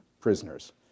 prisoners